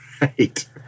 Right